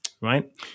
right